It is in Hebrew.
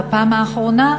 בפעם האחרונה,